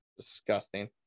Disgusting